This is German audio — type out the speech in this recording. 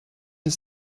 des